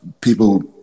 people